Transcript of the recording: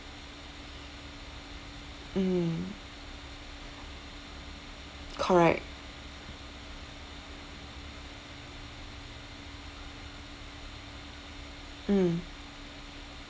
mm correct mm